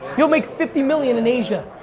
you'll make fifty million in asia.